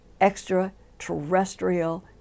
extraterrestrial